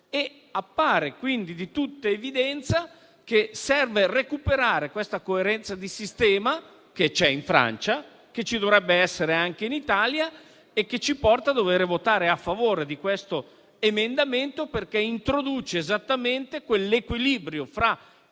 Appare quindi di tutta evidenza che serve recuperare questa coerenza di sistema che c'è in Francia, che ci dovrebbe essere anche in Italia e questo ci porta a votare a favore di questo emendamento perché introduce esattamente quell'equilibrio fra